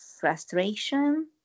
frustration